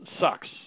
sucks